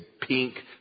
pink